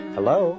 Hello